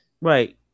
Right